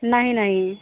नहीं नहीं